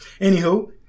anywho